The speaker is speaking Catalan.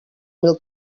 mil